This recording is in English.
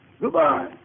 Goodbye